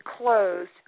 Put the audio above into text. closed